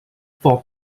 for